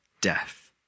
death